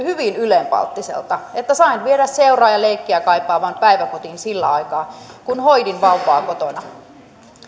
hyvin ylenpalttiselta että sain viedä seuraa ja leikkiä kaipaavan päiväkotiin sillä aikaa kun hoidin vauvaa kotona